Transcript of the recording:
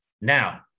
Now